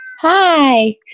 Hi